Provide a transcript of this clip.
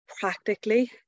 practically